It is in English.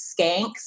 skanks